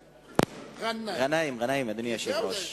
ע'נאים, אדוני היושב-ראש.